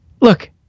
Look